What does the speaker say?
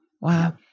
Wow